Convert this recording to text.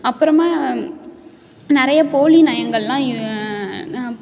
அப்பறமா நிறைய போலி நயங்கள்லாம் யு ந